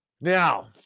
Now